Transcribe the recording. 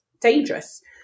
dangerous